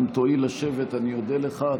אם תואיל לשבת אני אודה לך.